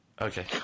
Okay